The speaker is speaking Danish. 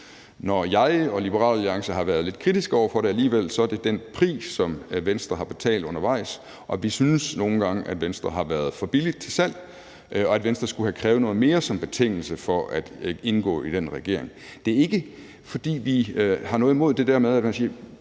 Når jeg og Liberal Alliance har været lidt kritiske over for det alligevel, så er det på grund af den pris, som Venstre har betalt undervejs. Vi synes, at Venstre nogle gange har været for billigt til salg, og at Venstre skulle have krævet noget mere som betingelse for at indgå i den regering. Det er ikke, fordi vi har noget imod det der med, at man siger: